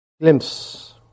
glimpse